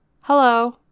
Hello